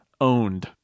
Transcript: owned